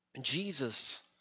Jesus